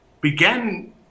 began